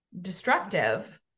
destructive